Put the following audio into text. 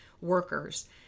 workers